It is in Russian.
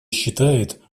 считает